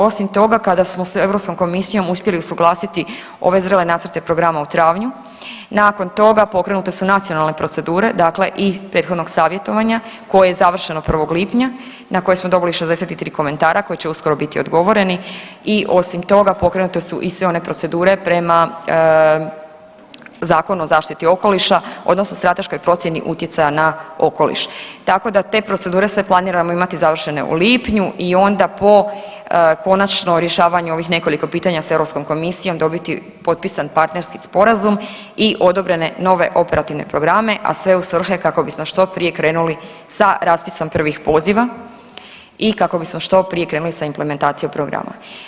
Osim toga kada smo s Europskom komisijom uspjeli usuglasiti ove zrele nacrte programa u travnju, nakon toga pokrenute su nacionalne procedure i prethodnog savjetovanja koje je završeno 1. lipnja na koje smo dobili 63 komentara koji će uskoro biti odgovoreni i osim toga pokrenute su i sve one procedure prema Zakonu o zaštiti okoliša odnosno o strateškoj procjeni utjecaja na okoliš, tako da te procedure sve planiramo imati završene u lipnju i onda po konačno rješavanju ovih nekoliko pitanja s Europskom komisijom dobiti potpisan partnerski sporazum i odobrene nove operativne programe, a sve u svrhu kako bismo što prije krenuli sa raspisom prvih poziva i kako bismo što prije krenuli sa implementacijom programa.